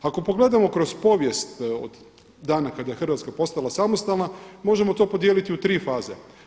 Ako pogledamo kroz povijest od dana kada je Hrvatska postala samostalna, možemo to podijeliti u tri faze.